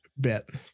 bit